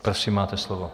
Prosím, máte slovo.